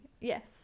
Yes